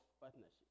partnership